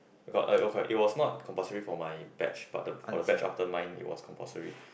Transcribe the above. but uh okay it was not compulsory for my batch but for the batch after mine it was compulsory